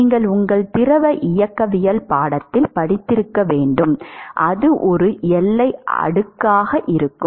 நீங்கள் உங்கள் திரவ இயக்கவியல் பாடத்தில் படித்திருக்க வேண்டும் அது ஒரு எல்லை அடுக்காக இருக்கும்